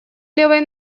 левой